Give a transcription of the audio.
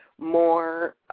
more